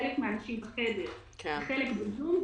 חלק מן האנשים בחדר וחלק מן האנשים בזום,